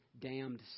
damned